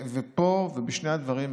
פה, בשני הדברים האלה,